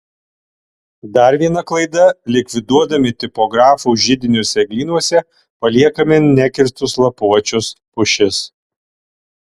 dar viena klaida likviduodami tipografų židinius eglynuose paliekame nekirstus lapuočius pušis